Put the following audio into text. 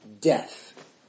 death